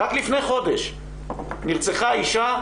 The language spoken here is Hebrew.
רק לפני חודש נרצחה אישה,